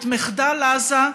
את מחדל עזה,